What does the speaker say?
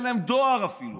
אין להם דואר אפילו,